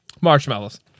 Marshmallows